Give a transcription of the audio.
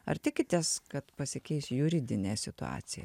ar tikitės kad pasikeis juridinė situacija